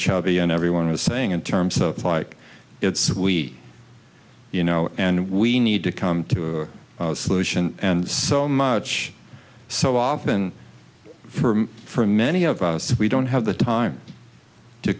chubby and everyone was saying in terms of like it's we you know and we need to come to a solution and so much so often for many of us we don't have the time to